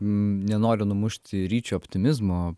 nenoriu numušti ryčio optimizmo